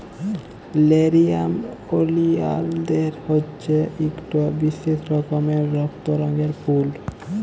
লেরিয়াম ওলিয়ালদের হছে ইকট বিশেষ রকমের রক্ত রঙের ফুল